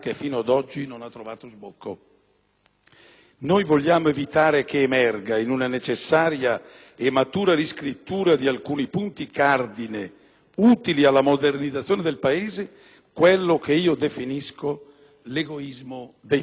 noi vogliamo evitare che emerga, in una necessaria e matura riscrittura di alcuni punti cardine utili alla modernizzazione del Paese, quello che definisco l'egoismo dei forti. L'Italia,